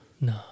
No